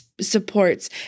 supports